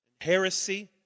heresy